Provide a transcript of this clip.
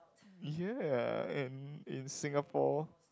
ya and in Singapore